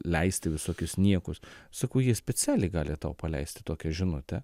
leisti visokius niekus sakau jie specialiai gali tau paleisti tokią žinutę